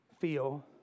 feel